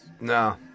No